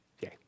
Yay